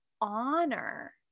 honor